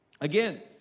Again